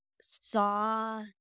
saw